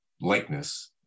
likeness